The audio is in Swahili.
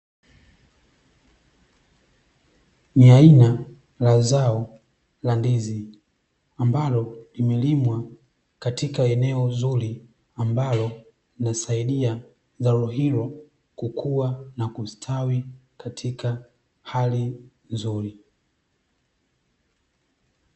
Ni aina la zao la ndizi ambalo limelimwa katika eneo zuri, ambalo linasaidia zao hilo kukua na kustawi katika hali nzuri.